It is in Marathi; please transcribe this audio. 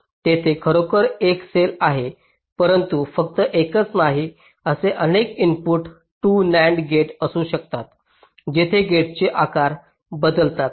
तेथे खरोखरच एक सेल आहे परंतु फक्त एकच नाही असे अनेक इनपुट 2 NAND गेट असू शकतात जेथे गेटचे आकार बदलतात